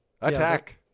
Attack